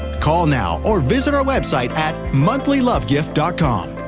call now or visit our website at monthlylovegift ah com.